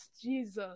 Jesus